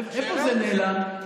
לאיפה זה נעלם?